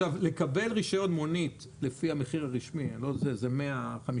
לקבל רישיון מונית לפי המחיר הרשמי זה 158,